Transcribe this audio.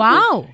Wow